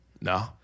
No